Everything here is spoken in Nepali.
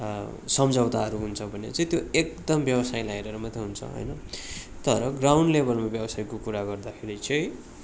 सम्झौताहरू हुन्छ भने चाहिँ त्यो एकदम व्यवसायलाई हेरेर मात्रै हुन्छ होइन तर ग्राउनड लेभलमा व्यवसायको कुरा गर्दाखेरि चाहिँ